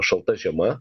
šalta žiema